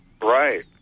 right